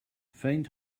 faint